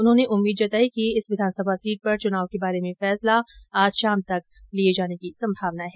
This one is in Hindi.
उन्होंने उम्मीद जताई कि इस विधानसभा सीट पर चुनाव के बारे में फैसला आज शाम तक लिये जाने की संभावना है